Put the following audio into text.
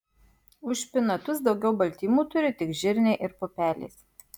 už špinatus daugiau baltymų turi tik žirniai ir pupelės